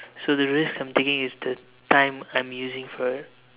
so the risk I'm taking is the time I'm using for it